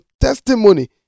testimony